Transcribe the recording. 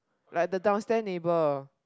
like the down stair neighbor